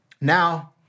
Now